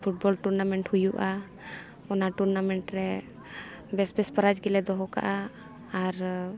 football tournament ᱦᱩᱭᱩᱜᱼᱟ ᱚᱱᱟ tournament ᱨᱮ ᱵᱮᱥ ᱵᱮᱥ ᱯᱨᱟᱭᱤᱡᱽ ᱜᱮᱞᱮ ᱫᱚᱦᱚ ᱠᱟᱜᱼᱟ ᱟᱨ